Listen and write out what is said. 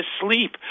sleep